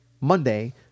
Monday